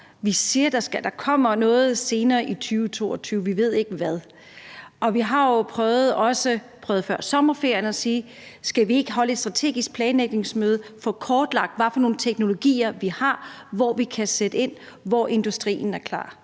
Vi siger, at der kommer noget senere i 2020, vi ved ikke hvad. Og vi har jo også før sommerferien prøvet at spørge, om vi ikke skal holde et strategisk planlægningsmøde og få kortlagt, hvad for nogle teknologier vi har, hvor vi kan sætte ind, hvor industrien er klar,